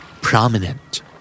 Prominent